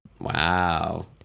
Wow